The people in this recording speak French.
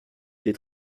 des